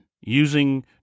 using